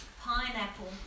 pineapple